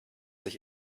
sich